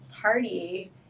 party